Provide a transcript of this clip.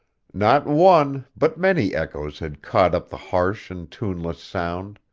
not one, but many echoes had caught up the harsh and tuneless sound,